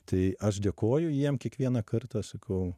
tai aš dėkoju jiem kiekvieną kartą sakau